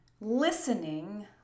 listening